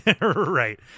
right